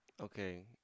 Okay